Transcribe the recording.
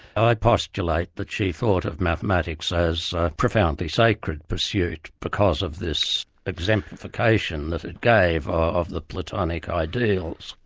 i postulate that she thought of mathematics as a profoundly sacred pursuit, because of this exemplification that it gave of the platonic ideals.